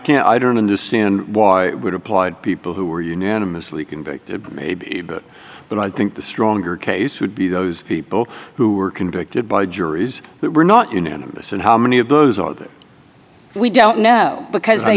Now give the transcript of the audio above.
can't i don't understand why i would applaud people who were unanimously convicted or maybe a bit but i think the stronger case would be those people who were convicted by juries that were not in any of this and how many of those are there we don't know because